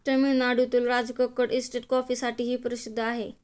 तामिळनाडूतील राजकक्कड इस्टेट कॉफीसाठीही प्रसिद्ध आहे